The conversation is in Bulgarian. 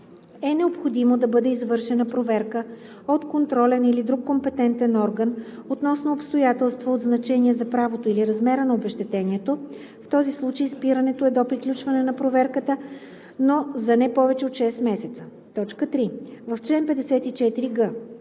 е необходимо да бъде извършена проверка от контролен или друг компетентен орган относно обстоятелства от значение за правото или размера на обезщетението; в този случай спирането е до приключване на проверката, но за не повече от 6 месеца;“. 3. В чл. 54г: